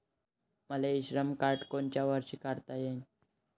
मले इ श्रम कार्ड कोनच्या वर्षी काढता येईन?